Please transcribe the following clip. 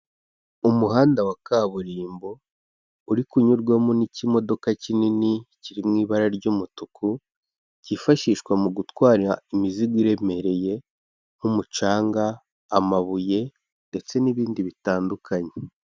Umuhanda wa kaburimbo uri kunyurwamo n'ikimodoka kinini kiri mu ibara ry'umutuku cyifashishwa mu gutwara imizigo iremereye nk'umucanga, amabuye ndetse n'ibindi bitandukanye.